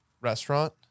restaurant